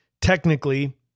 technically